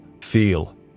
feel